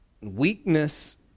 Weakness